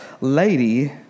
lady